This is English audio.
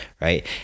right